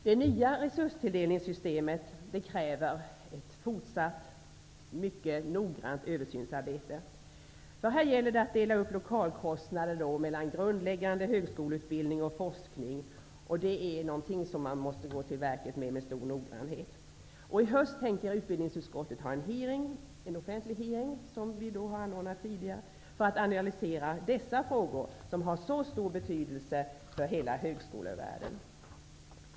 Det nya resurstilldelningssystemet kräver ett fortsatt mycket noggrant översynsarbete, därför att det här gäller att dela upp lokalkostnader mellan grundläggande högskoleutbildning och forskning. Här måste man skrida till verket med stor noggrannhet. I höst avser utbildningsutskottet ordna en offentlig utfrågning, liksom tidigare har gjorts, för att analysera dessa frågor som har så stor betydelse för hela högskolevärlden.